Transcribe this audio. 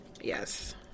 Yes